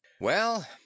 Well